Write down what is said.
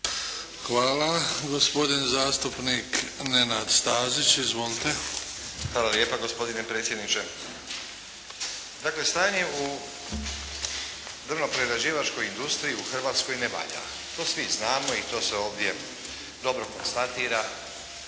Hvala. Gospodin zastupnik Nenad Stazić. Izvolite. **Stazić, Nenad (SDP)** Hvala lijepa gospodine predsjedniče. Dakle, stanje u drvno-prerađivačkoj industriji u Hrvatskoj ne valja. To svi znamo i to se ovdje dobro konstatira